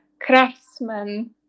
craftsman